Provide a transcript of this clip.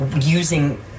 using